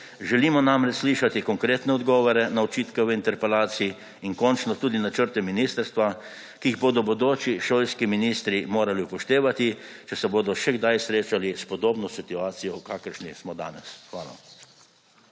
Želimo namreč slišati konkretne odgovore na očitke v interpelaciji in končno tudi načrte ministrstva, ki jih bodo bodoči šolski ministri morali upoštevati, če se bodo še kdaj srečali s podobno situacijo, v kakršni smo danes. Hvala.